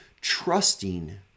trusting